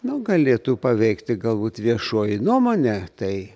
nu galėtų paveikti galbūt viešoji nuomonė tai